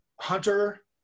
Hunter